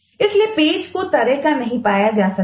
इसलिए पेज को तरह का नहीं पाया जा सका